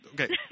okay